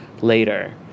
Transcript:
later